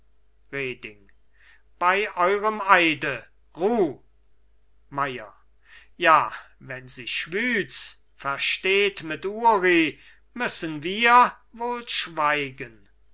bei eurem eide ruh meier ja wenn sich schwyz versteht mit uri müssen wir wohl schweigen